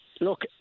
look